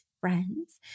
friends